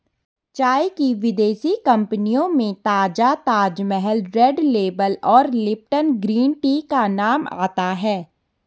चाय की विदेशी कंपनियों में ताजा ताजमहल रेड लेबल और लिपटन ग्रीन टी का नाम आता है